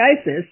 ISIS